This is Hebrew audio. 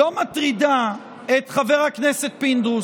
לא מטרידה את חבר הכנסת פינדרוס.